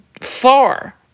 far